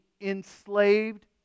enslaved